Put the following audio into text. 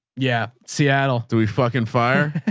yeah. seattle do we fucking fire?